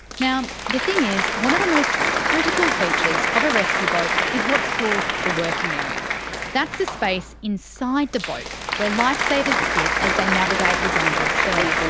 now the thing is, one of the most critical features of a rescue boat is what's called the working area that's the space inside the boat where lifesavers sit as they navigate the dangerous surf. so,